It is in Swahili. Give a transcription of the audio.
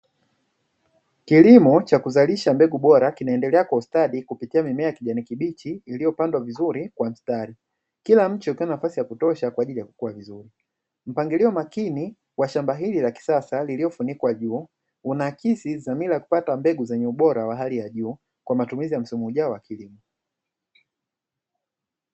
Kilimo cha kuzalisha mbegu bora kinaendelea kwa ustadi kupitia mimea ya kijani kibichi iliyopandwa vizuri kwa mstari, kila mche ukiwa na sehemu ya kutosha kwa ajili ya kukua vizuri. Mpangilio makini wa shamba hili la kisasa lililofunikwa juu unaakisi dhamira ya kupata mbegu zenye ubora kwa matumizi ya msimu ujao wa kilimo.